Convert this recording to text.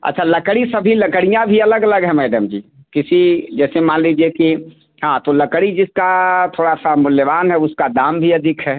अच्छा लकड़ी सभी लकड़ियाँ भी अलग अलग है मैडम जी किसी जैसे मान लीजिए कि हाँ तो लकड़ी जिसका थोड़ा सा मूल्यवान है उसका दाम भी अधिक है